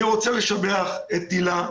אני רוצה לשבח את הילה,